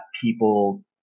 people